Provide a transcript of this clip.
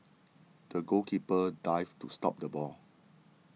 the goalkeeper dived to stop the ball